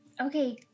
Okay